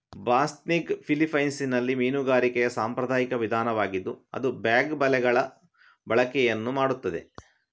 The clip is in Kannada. ಬಾಸ್ನಿಗ್ ಫಿಲಿಪೈನ್ಸಿನಲ್ಲಿ ಮೀನುಗಾರಿಕೆಯ ಸಾಂಪ್ರದಾಯಿಕ ವಿಧಾನವಾಗಿದ್ದು ಅದು ಬ್ಯಾಗ್ ಬಲೆಗಳ ಬಳಕೆಯನ್ನು ಮಾಡುತ್ತದೆ